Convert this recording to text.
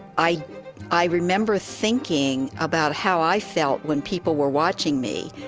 i i remember thinking about how i felt when people were watching me.